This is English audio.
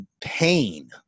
pain